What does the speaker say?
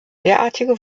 derartige